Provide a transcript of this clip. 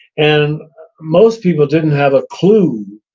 and most people didn't have a clue,